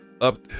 Up